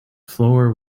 floor